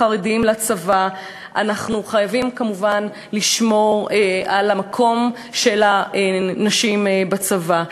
החרדים לצבא אנחנו חייבים כמובן לשמור על המקום של הנשים בצבא.